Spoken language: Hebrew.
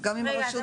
גם אם הרשות כתומה.